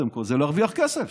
קודם כול היא להרוויח כסף.